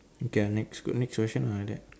okay ah next next question ah like that